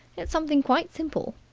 it's something quite simple.